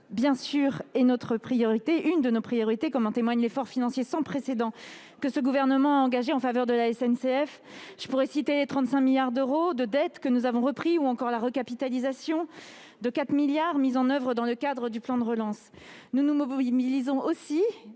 le ferroviaire est une de nos priorités, comme en témoigne l'effort financier sans précédent que ce gouvernement a engagé en faveur de la SNCF : je pourrais citer les 35 milliards d'euros de dettes que nous avons repris, ou encore la recapitalisation à hauteur de 4 milliards d'euros que nous avons mise en oeuvre dans le cadre du plan de relance. Nous nous mobilisons aussi